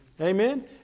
Amen